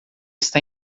está